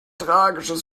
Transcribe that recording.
tragisches